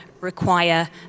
require